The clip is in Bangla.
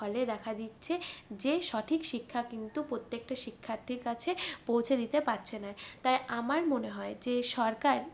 ফলে দেখা দিচ্ছে যে সঠিক শিক্ষা কিন্তু প্রত্যেকটা শিক্ষার্থীর কাছে পৌঁছে দিতে পারছে না তাই আমার মনে হয় যে সরকার